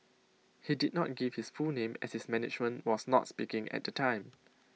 he did not give his full name as his management was not speaking at the time